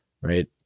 right